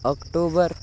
October